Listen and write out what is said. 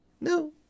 No